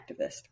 activist